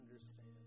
understand